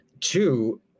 two